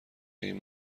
این